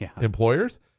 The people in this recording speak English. employers